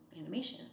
animation